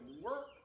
work